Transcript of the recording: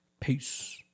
Peace